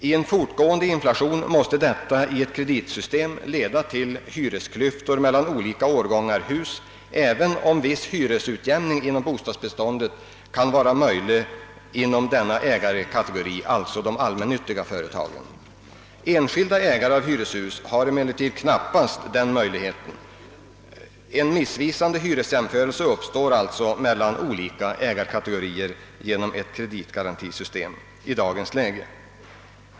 I en fortgående inflation måste detta i ett kreditgarantisystem leda till hyresklyftor mellan olika årgångar hus även om viss hyresutjämning inom bostadsbeståndet kan vara möjlig för de allmännyttiga företagen. Enskilda ägare av hyreshus har emellertid knappast denna möjlighet, varför en hyresjämförelse mellan olika ägarkategorier blir missvisande genom ett kreditgarantisystem i dagens läge.